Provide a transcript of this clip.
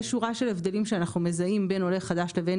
יש שורה של הבדלים שאנחנו מזהים בין עולה חדש לבין